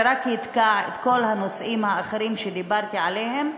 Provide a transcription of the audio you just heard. שרק יתקע את כל הנושאים האחרים שדיברתי עליהם,